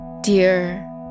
Dear